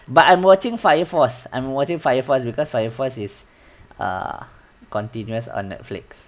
but I'm watching fire force I'm watching fire force because fire force is err continuous on netflix